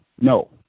no